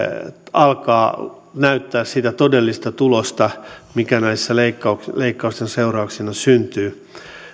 alkaa näyttää sitä todellista tulosta mikä näiden leikkausten seurauksena syntyy